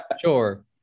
Sure